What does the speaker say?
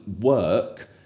work